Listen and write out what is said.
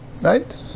right